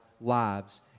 lives